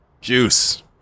Juice